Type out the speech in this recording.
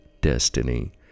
destiny